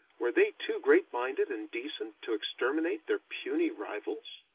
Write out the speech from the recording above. were they too great-minded and decent to exterminate their puny rivals?